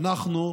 אנחנו,